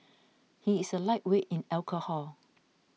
he is a lightweight in alcohol